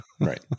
Right